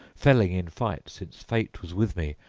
felling in fight, since fate was with me,